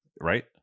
right